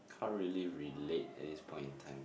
can't really relate at this point in time